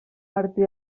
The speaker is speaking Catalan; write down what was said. martí